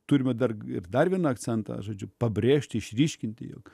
turime dar ir darviną akcentą žodžiu pabrėžti išryškinti jog